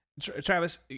Travis